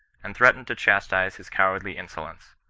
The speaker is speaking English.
and threatened to chastise his cow ardly insolence.